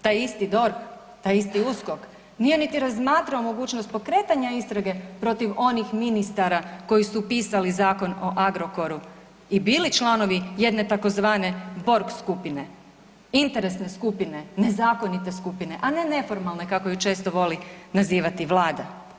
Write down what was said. Taj isti DORH, taj isti USKOK nije niti razmatrao mogućnost pokretanja istrage protiv onih ministara koji su pisali Zakon o Agrokoru i bili članovi jedne tzv. borg skupine, interesne skupine, nezakonite skupine, a ne neformalne kako ju često voli nazivati vlada.